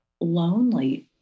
lonely